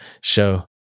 show